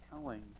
telling